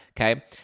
okay